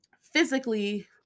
physically